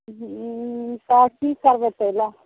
हुँ तऽ कि करबै ताहि ले